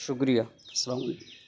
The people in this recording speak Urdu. شکریہ السلام علیکم